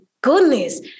goodness